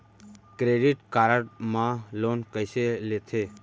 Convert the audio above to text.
Credit card मा loan कइसे लेथे?